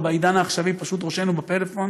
או בעידן העכשווי פשוט ראשנו בפלאפון,